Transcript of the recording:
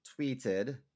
tweeted